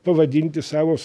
pavadinti savos